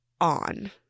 on